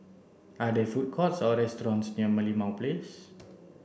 are there food courts or restaurants near Merlimau Place